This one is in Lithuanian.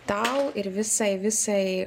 tau ir visai visai